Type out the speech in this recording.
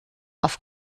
auf